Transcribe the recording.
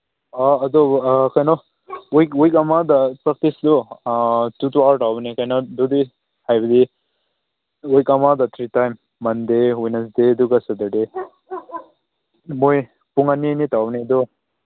ꯑꯣ ꯑꯗꯨ ꯑꯥ ꯀꯩꯅꯣ ꯋꯤꯛ ꯋꯤꯛ ꯑꯃꯗ ꯄ꯭ꯔꯥꯛꯇꯤꯁꯇꯨ ꯇꯨ ꯇꯨ ꯑꯋꯥꯔ ꯇꯧꯕꯅꯤ ꯀꯩꯅꯣ ꯑꯗꯨꯗꯤ ꯍꯥꯏꯕꯗꯤ ꯋꯤꯛ ꯑꯃꯗ ꯊ꯭ꯔꯤ ꯇꯥꯏꯝ ꯃꯟꯗꯦ ꯋꯦꯅꯁꯗꯦ ꯑꯗꯨꯒ ꯁꯦꯇꯔꯗꯦ ꯃꯣꯏ ꯄꯨꯡ ꯑꯅꯤ ꯑꯅꯤ ꯇꯧꯕꯅꯤ ꯑꯗꯨ